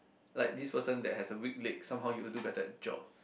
like this person that has a weak leg somehow you will do better at job